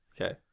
Okay